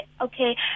okay